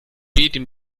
dem